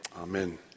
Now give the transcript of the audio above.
amen